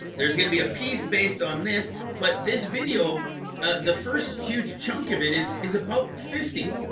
there's going to be a piece based on this but this video the first huge chunk of it is is about fifty.